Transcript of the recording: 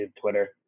Twitter